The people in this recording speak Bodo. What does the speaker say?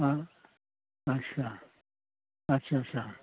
हा आच्चा आच्चा आच्चा